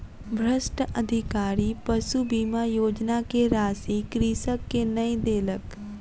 भ्रष्ट अधिकारी पशु बीमा योजना के राशि कृषक के नै देलक